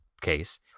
case